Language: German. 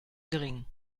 gering